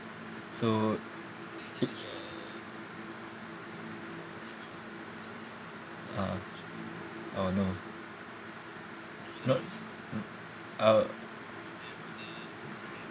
so i~ uh oh no no mm uh